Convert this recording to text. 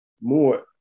more